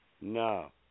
No